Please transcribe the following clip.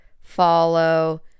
follow